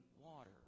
water